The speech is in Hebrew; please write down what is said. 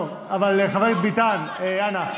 טוב, חבר הכנסת ביטן, אנא.